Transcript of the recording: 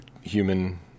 human